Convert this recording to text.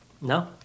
No